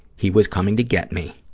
he was coming to get me.